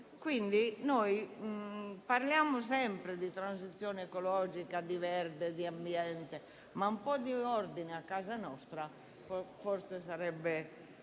urbane. Parliamo sempre di transizione ecologica, di verde e di ambiente, ma un po' di ordine a casa nostra forse sarebbe